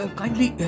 kindly